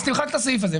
תמחק את הסעיף הזה.